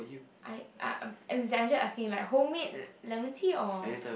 I I'm just asking like homemade lemon tea or